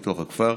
בתוספת קרן ברק,